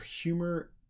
humor